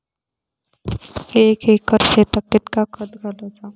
एक एकर शेताक कीतक्या खत घालूचा?